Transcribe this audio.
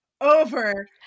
over